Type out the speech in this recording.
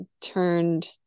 turned